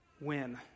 win